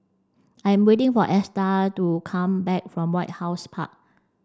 I am waiting for Esta to come back from White House Park